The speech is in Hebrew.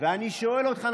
ואני שואל אותך,